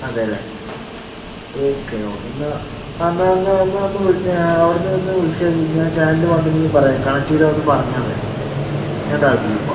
അതെ അല്ലെ ഓക്കെ ഓ എന്നാ ആ എന്നാ എന്നാ ഒന്ന് ഞാൻ അവിടുന്ന് നിന്ന് വിളിച്ച് കഴിഞ്ഞാൽ ചാനല് വന്നില്ലെങ്കിൽ പറയാം കണക്ട് ചെയ്താൽ ഒന്ന് പറഞ്ഞാൽ മതി ഞാൻ താഴത്തേക്ക് പോകുവാ